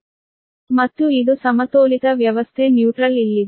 ಮತ್ತು ಇದು ಸಮತೋಲಿತ ವ್ಯವಸ್ಥೆ ತಟಸ್ಥ ಇಲ್ಲಿದೆ